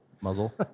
muzzle